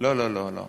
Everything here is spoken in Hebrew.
לא, לא, לא.